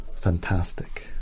fantastic